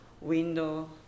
window